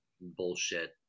bullshit